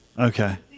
Okay